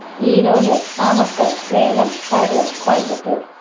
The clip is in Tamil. ஈரோடு நாமக்கல் சேலம் கரூர் கோயம்புத்துர்